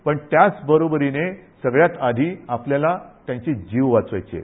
पण त्याचबरोबरीने सगळ्यात आधी आपल्याला त्यांचे जीव वाचवायचेत